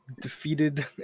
defeated